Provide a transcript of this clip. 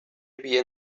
havia